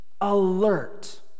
alert